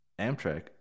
Amtrak